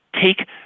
take